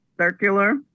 circular